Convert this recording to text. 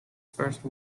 first